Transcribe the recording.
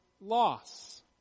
loss